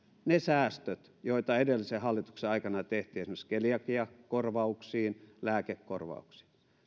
ne säästöt joita edellisen hallituksen aikana tehtiin esimerkiksi keliakiakorvauksiin ja lääkekorvauksiin